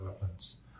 weapons